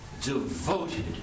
devoted